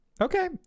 okay